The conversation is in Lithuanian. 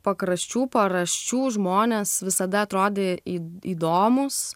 pakraščių paraščių žmonės visada atrodė į įdomūs